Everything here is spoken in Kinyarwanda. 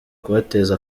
kubateza